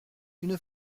une